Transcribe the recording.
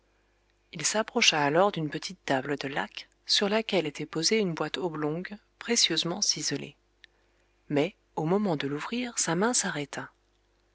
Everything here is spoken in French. il s'approcha alors d'une petite table de laque sur laquelle était posée une boîte oblongue précieusement ciselée mais au moment de l'ouvrir sa main s'arrêta